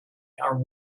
are